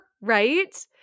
right